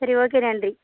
சரி ஓகே நன்றி